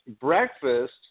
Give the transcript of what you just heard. breakfast